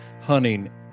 hunting